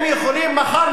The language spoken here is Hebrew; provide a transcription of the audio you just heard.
הם יכולים מחר,